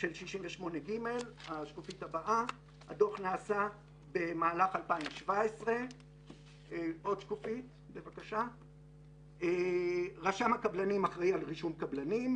של 68ג'. הדוח נעשה במהלך 2017. רשם הקבלנים אחראי על רישום קבלנים,